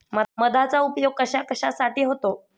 मधाचा उपयोग कशाकशासाठी होतो?